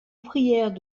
ouvrières